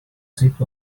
zip